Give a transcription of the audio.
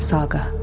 Saga